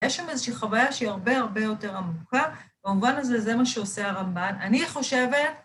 יש שם איזושהי חוויה שהיא הרבה הרבה יותר עמוקה, במובן הזה זה מה שעושה הרמב"ן. אני חושבת...